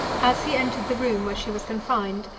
as he entered the room where she was confined,